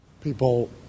people